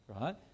right